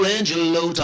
Angelo